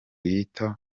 yita